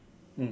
mm